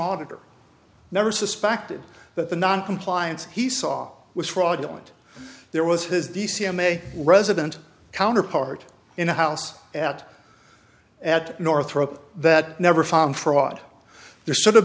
auditor never suspected that the noncompliance he saw was fraudulent there was his d c m a resident counterpart in the house at at northrop that never found fraud there should